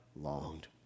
longed